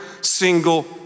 single